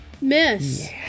Miss